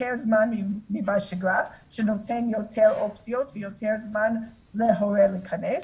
זמן מבשגרה שנותן יותר אופציות ויותר זמן להורה להכנס.